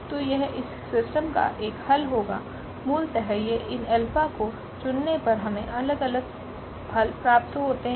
तो यह इस सिस्टम का एक हल होगा मूलतः यह इन एल्फा को चुनने पर हमे अलग अलग हल प्राप्त होते हैं